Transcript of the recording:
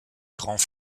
grands